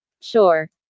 sure